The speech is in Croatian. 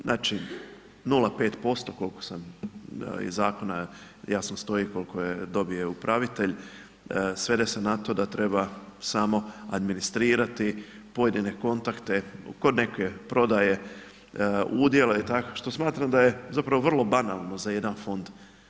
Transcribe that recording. Znači, 0,5%, koliko sam iz zakona, jasno stoji koliko je dobio upravitelj, svede se na to da treba samo administrirati pojedine kontakte kod neke prodaje udjela i tako, što smatram da je zapravo vrlo banalno za jedan fond.